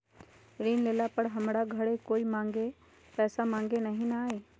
ऋण लेला पर हमरा घरे कोई पैसा मांगे नहीं न आई?